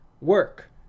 work